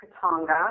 Katanga